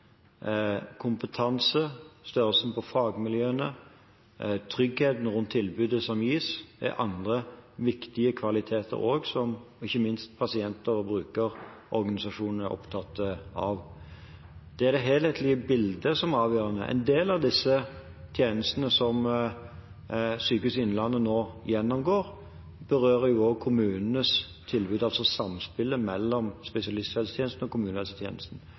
Kompetanse, størrelsen på fagmiljøene, tryggheten rundt tilbudet som gis, er andre viktige kvaliteter, som ikke minst pasienter og brukerorganisasjoner er opptatt av. Det er det helhetlige bildet som avgjør. En del av disse tjenestene som Sykehuset Innlandet nå gjennomgår, berører også kommunenes tilbud, altså samspillet mellom spesialisthelsetjenesten og kommunehelsetjenesten.